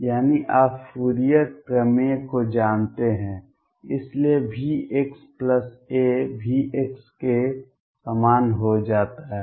यानी आप फूरियर प्रमेय को जानते हैं इसलिए Vxa V के समान हो जाता है